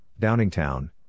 Downingtown